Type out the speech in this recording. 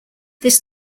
this